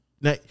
Now